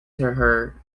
her